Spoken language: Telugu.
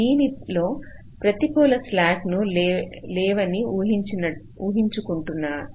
దీనిలో ప్రతికూల స్లాక్ లు లేవని ఊహించుకుంటున్నాను